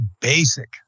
basic